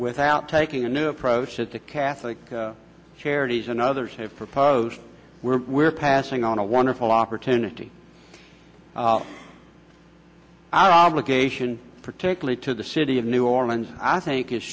without taking a new approach that the catholic charities and others have proposed we're we're passing on a wonderful opportunity obligation particularly to the city of new orleans i think i